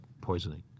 poisoning